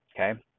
okay